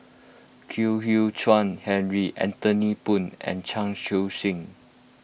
Kwek Hian Chuan Henry Anthony Poon and Chan Chun Sing